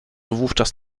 wówczas